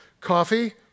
Coffee